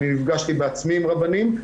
נפגשתי בעצמי עם הרבה רבנים,